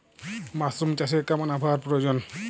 Mushroom চাষে কেমন আবহাওয়ার প্রয়োজন?